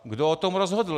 Kdo o tom rozhodl?